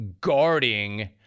guarding